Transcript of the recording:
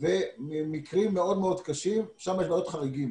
ומקרים מאוד מאוד קשים ושם יש ועדות חריגים.